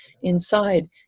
inside